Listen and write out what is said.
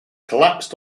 collapsed